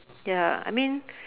ya I mean